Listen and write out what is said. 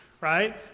Right